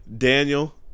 Daniel